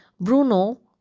Bruno